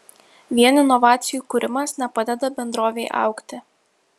vien inovacijų kūrimas nepadeda bendrovei augti